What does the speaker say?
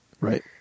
Right